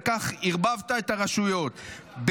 וכך ערבבת את הרשויות,